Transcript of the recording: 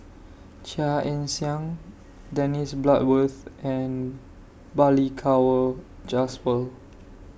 Chia Ann Siang Dennis Bloodworth and Balli Kaur Jaswal